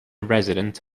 resident